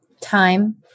Time